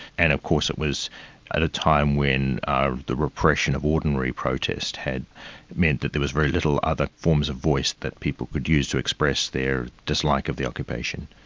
and of course it was at a time when the repression of ordinary protest had meant that there were very little other forms of voice that people could use to express their dislike of the occupation.